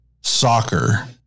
soccer